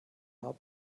haben